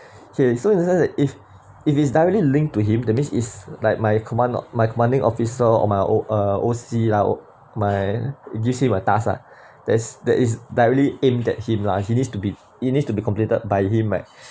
okay so in the sense that if if it's directly linked to him that means is like my command my commanding officer on my old uh O_C lah o~ my you see my task ah that is that is directly aimed at him lah he needs to be it needs to be completed by him right